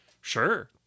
Sure